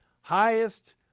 highest